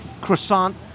croissant